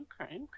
okay